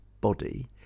body